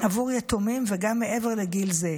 עבור יתומים וגם מעבר לגיל זה.